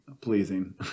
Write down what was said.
pleasing